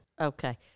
okay